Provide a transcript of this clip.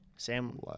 Sam